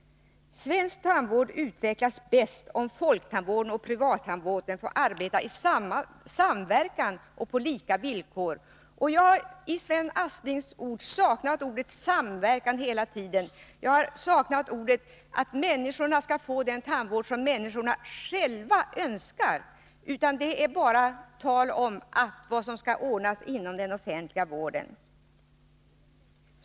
Svensk tandvård utvecklas bäst, om folktandvården och privattandvården får arbeta i samverkan och på lika villkor. Jag har i Sven Asplings yttranden hela tiden saknat ordet samverkan. Jag har saknat inställningen att människor skall få den tandvård som de själva önskar. Det är bara tal om vad som skall ordnas inom den offentliga vården.